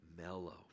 mellow